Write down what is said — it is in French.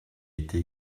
été